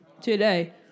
Today